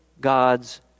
God's